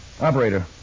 Operator